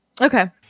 Okay